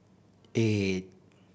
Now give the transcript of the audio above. eight